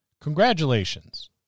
Congratulations